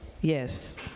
Yes